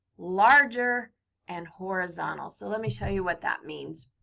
larger and horizontal. so let me show you what that means.